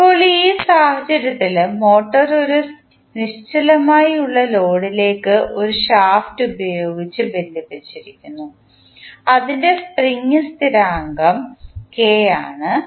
ഇപ്പോൾ ഈ സാഹചര്യത്തിൽ മോട്ടോർ ഒരു നിശ്ചലമായുള്ള ലോഡിലേക്ക് ഒരു ഷാഫ്ട് ഉപയോഗിച്ച് ബന്ധിപ്പിച്ചിരിക്കുന്നു അതിൻറെ സ്പ്രിംഗ് സ്ഥിരാങ്കം K ആണ്